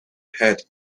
had